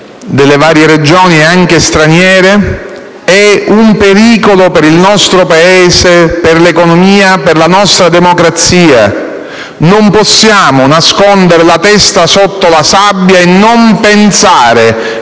delle varie Regioni, anche straniere - è un pericolo per il nostro Paese, per l'economia, per la nostra democrazia. Non possiamo nascondere la testa sotto la sabbia e non pensare